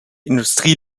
industrie